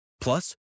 Plus